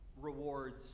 rewards